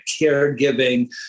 caregiving